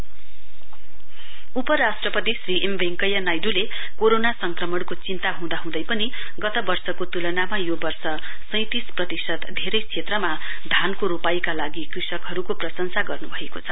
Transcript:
vice president former उपराष्ट्रपति Shri M Venkaiah नाइडूले corona संक्रमणको चिन्ता हुँदा हुँदै पनि गत वर्षको तुलनामा यो वर्ष सैंतिस प्रतिशत धेरै क्षेत्रमा धानको रोपाईका लागि कृषकहरुको प्रशंसा गर्नुभएको छ